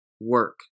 work